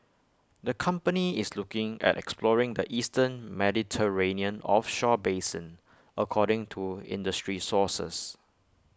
the company is looking at exploring the eastern Mediterranean offshore basin according to industry sources